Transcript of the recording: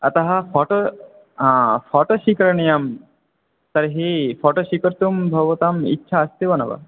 अतः photo photo स्वीकरणीयं तर्हि फ़ोटो स्वीकर्तुं भवताम् इच्छा अस्ति वा न वा